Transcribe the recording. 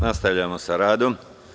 Nastavljamo sa radom.